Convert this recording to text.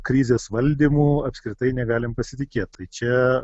krizės valdymu apskritai negalim pasitikėt tai čia